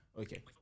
Okay